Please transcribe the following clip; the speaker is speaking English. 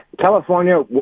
California